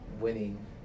winning